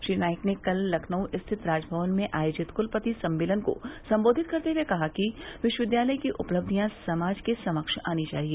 श्री नाईक ने कल लखनऊ स्थित राजभवन में आयोजित क्लपति सम्मेलन को सम्बोधित करते हुए कहा कि विश्वविद्यालयों की उपलब्धियां समाज के समक्ष आनी चाहिए